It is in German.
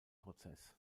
prozess